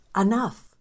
enough